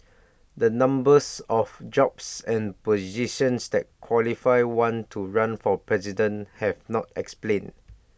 the numbers of jobs and positions that qualify one to run for president have not explained